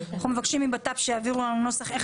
אנחנו מבקשים מבט"פ שיעבירו לנו נוסח איך